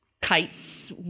Kites